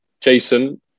Jason